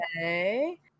okay